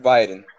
Biden